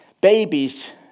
babies